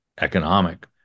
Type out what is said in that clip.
economic